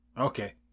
Okay